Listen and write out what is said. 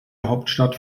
hauptstadt